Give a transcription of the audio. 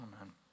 Amen